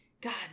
God